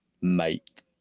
mate